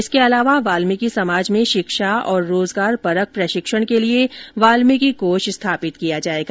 इसके अलावा वाल्मीकि समाज में शिक्षा और रोजगारपरक प्रशिक्षण के लिए वाल्मीकि कोष स्थापित किया जाएगा